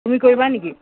তুমি কৰিবা নেকি